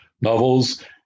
novels